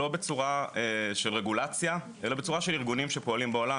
לא בצורה של רגולציה אלא בצורה של ארגונים שפועלים בעולם.